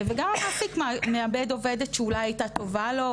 וגם המעסיק מאבד עובדת שאולי הייתה טובה לו.